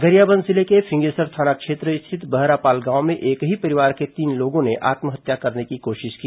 गरियाबंद जिले के फिंगेश्वर थाना क्षेत्र स्थित बहरापाल गांव में एक ही परिवार के तीन लोगों ने आत्महत्या करने की कोशिश की